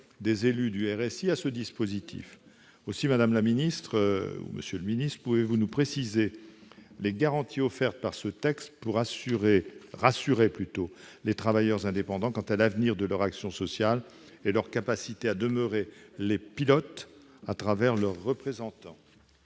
des élus du RSI à ce dispositif. Aussi, madame la ministre, monsieur le ministre, pouvez-vous nous préciser les garanties offertes par le présent texte pour rassurer les travailleurs indépendants quant à l'avenir de leur action sociale et leurs capacités à conserver leur rôle de pilote, par l'entremise de leurs représentants ?